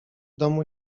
domu